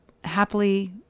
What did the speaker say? happily